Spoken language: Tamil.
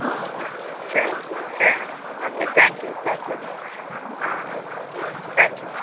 ஆம் சரி சரி okay thank you thank you very much ah thank you